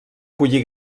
collir